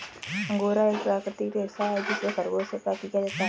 angora एक प्राकृतिक रेशा है जिसे खरगोश से प्राप्त किया जाता है